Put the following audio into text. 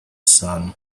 sun